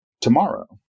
tomorrow